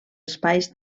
espais